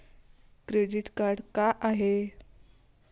Credit card का हाय?